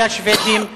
על השבדים,